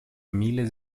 miles